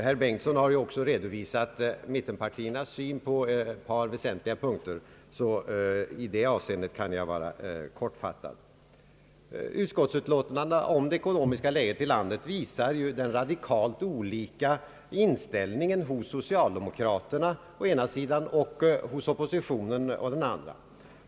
Herr Bengtson har också redan redovisat mittenpartiernas syn på ett par väsentliga punkter, så också i det avseendet kan jag fatta mig kort. Utskottsutlåtandena om det ekonomiska läget i landet visar den radikalt olika inställningen hos socialdemokraterna å ena och hos oppositionen å andra sidan.